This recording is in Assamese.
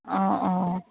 অঁ অঁ